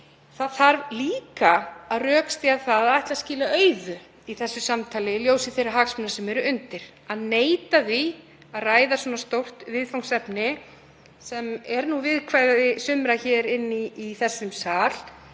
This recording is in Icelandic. Það þarf líka að rökstyðja það að ætla að skila auðu í þessu samtali í ljósi þeirra hagsmuna sem eru undir, að neita að ræða svona stórt viðfangsefni, sem er nú viðkvæði sumra inni í þessum sal,